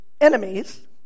enemies